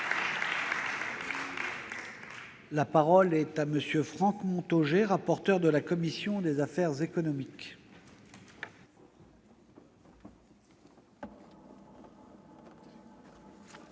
La parole est à M. Franck Montaugé, rapporteur de la commission des affaires économiques.